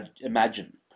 Imagine